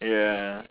ya